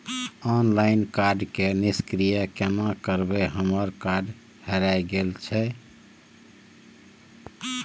Online card के निष्क्रिय केना करबै हमर कार्ड हेराय गेल छल?